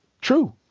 true